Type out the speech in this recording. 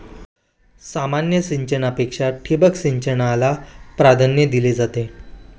सामान्य सिंचनापेक्षा ठिबक सिंचनाला प्राधान्य दिले जाते